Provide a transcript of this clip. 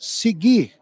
seguir